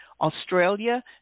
Australia